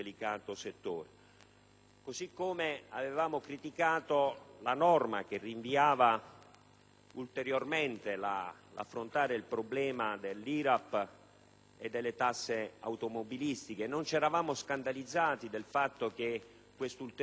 tema. Avevamo criticato poi la norma che rinviava ulteriormente l'esame del problema relativo all'IRAP e alle tasse automobilistiche. Non ci eravamo scandalizzati del fatto che quell'ulteriore rinvio